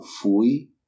fui